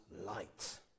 light